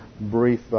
brief